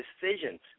decisions